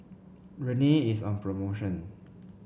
rene is on promotion